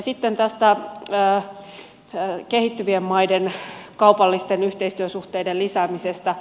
sitten tästä kehittyvien maiden kaupallisten yhteistyösuhteiden lisäämisestä